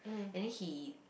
and then he